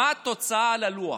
מה התוצאה על הלוח.